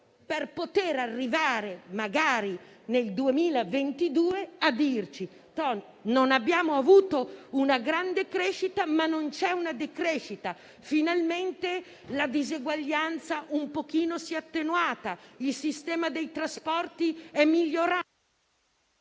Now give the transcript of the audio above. da farci arrivare, magari nel 2022, a dire di non aver avuto una grande crescita, ma che non c'è una decrescita, che finalmente la diseguaglianza si è un pochino attenuata, il sistema dei trasporti è migliorato,